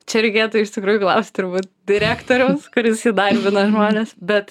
čia reikėtų iš tikrųjų klaust turbūt direktoriaus kuris įdarbina žmones bet